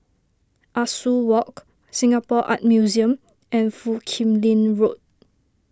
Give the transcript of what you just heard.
Ah Soo Walk Singapore Art Museum and Foo Kim Lin Road